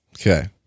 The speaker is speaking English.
Okay